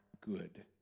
good